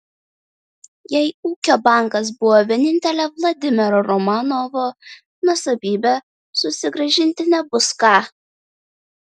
jei ūkio bankas buvo vienintelė vladimiro romanovo nuosavybė susigrąžinti nebus ką